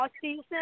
season